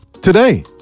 Today